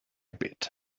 bit